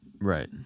Right